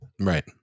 right